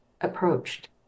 Approached